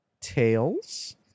tails